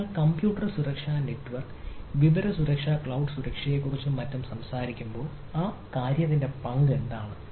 നിങ്ങൾ കമ്പ്യൂട്ടർ സുരക്ഷാ നെറ്റ്വർക്ക് സുരക്ഷാ വിവര സുരക്ഷ ക്ലൌഡ് സുരക്ഷയെക്കുറിച്ചും മറ്റും സംസാരിക്കുമ്പോൾ കാര്യത്തിന്റെ പങ്ക് എന്താണ്